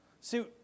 See